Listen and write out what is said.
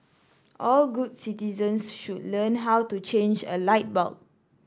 all good citizens should learn how to change a light bulb